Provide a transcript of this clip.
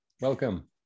Welcome